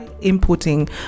importing